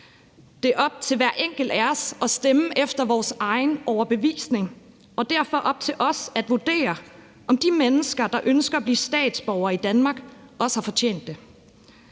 det er op til hver enkelt af os at stemme efter vores egen overbevisning og derfor op til os at vurdere, om de mennesker, der ønsker at blive statsborger i Danmark, også har fortjent det.